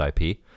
IP